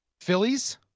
Phillies